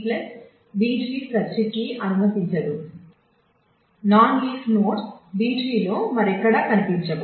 B B tree search key B ట్రీలో మరెక్కడా కనిపించవు